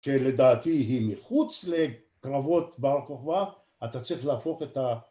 שלדעתי היא מחוץ לקרבות בר כוכבא, אתה צריך להפוך את ה...